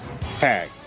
Tag